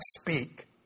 speak